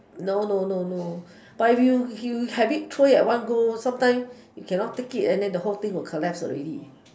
no no no no but if you you have it three at one go something you cannot take it and the whole thing will collapse already